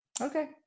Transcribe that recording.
Okay